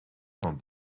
cent